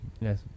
Yes